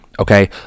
okay